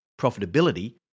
profitability